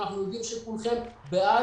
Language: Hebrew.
אנחנו יודעים שכולכם בעד,